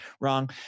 wrong